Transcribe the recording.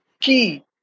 key